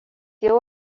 jau